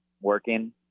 working